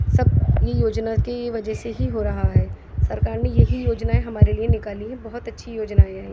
سب یہ یوجنا کی وجہ سے ہی ہو رہا ہے سرکار نے یہی یوجنائیں ہمارے لیے نکالی ہیں بہت اچھی یوجنائیں ہیں